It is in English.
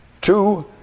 two